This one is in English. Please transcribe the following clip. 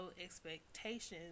expectations